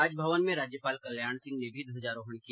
राज भवन में राज्यपाल कल्याण सिंह ने भी ध्वजारोहण किया